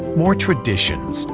more traditions,